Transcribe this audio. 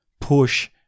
push